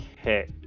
okay